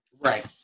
Right